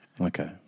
Okay